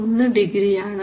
1 ഡിഗ്രിയാണ്